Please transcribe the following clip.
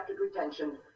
retention